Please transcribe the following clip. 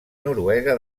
noruega